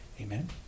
Amen